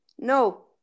No